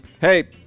Hey